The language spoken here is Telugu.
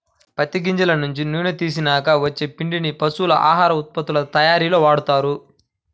పత్తి గింజల నుంచి నూనెని తీసినాక వచ్చే పిండిని పశువుల ఆహార ఉత్పత్తుల తయ్యారీలో వాడతారు